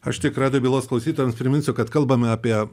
aš tik radijo bylos klausytojams priminsiu kad kalbame apie